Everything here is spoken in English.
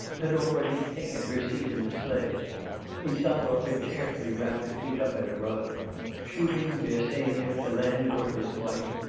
had already taken her seat in the sledge insarov had carefully wrapped her feet up in a rug shubin, bersenyev, the landlord, his wife,